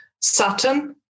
Saturn